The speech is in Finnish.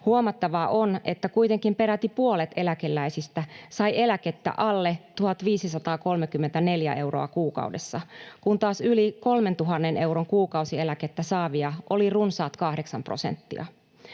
Huomattavaa on, että kuitenkin peräti puolet eläkeläisistä sai eläkettä alle 1 534 euroa kuukaudessa, kun taas yli 3 000 euron kuukausieläkettä saavia oli runsaat 8 prosenttia.